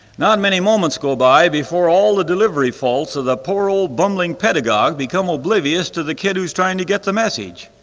not many moments go by before all the delivery faults of the poor old bumbling pedagogue become oblivious to the kid who's trying to get the message.